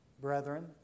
brethren